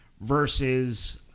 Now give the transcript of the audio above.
versus